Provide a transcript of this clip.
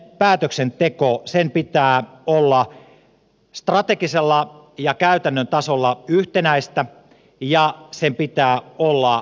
metsäpoliittisen päätöksenteon pitää olla strategisella ja käytännön tasolla yhtenäistä ja sen pitää olla johdonmukaista